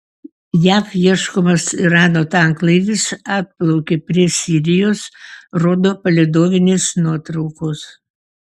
jav ieškomas irano tanklaivis atplaukė prie sirijos rodo palydovinės nuotraukos